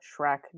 Shrek